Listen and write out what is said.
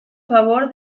favor